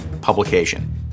publication